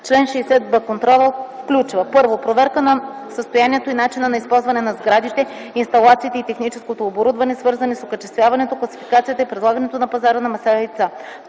Чл. 60б. Контролът включва: 1. проверка на състоянието и начина на използване на сградите, инсталациите и техническото оборудване, свързани с окачествяването, класификацията и предлагането на пазара на месо и яйца;